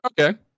Okay